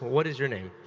what is your name?